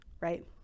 right